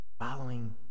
following